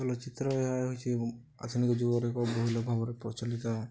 ଚଲ ଚିତ୍ର ଏହା ହଉଛି ଆଧୁନିକ ଯୁଗରେ ଏକ ବହୁଲ ଭାବରେ ପ୍ରଚଲିତ